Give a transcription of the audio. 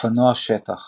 אופנוע שטח